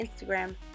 Instagram